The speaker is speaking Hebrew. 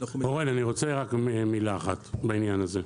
אורן, אני רוצה רק מילה אחת בעניין הזה.